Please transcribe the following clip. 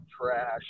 trash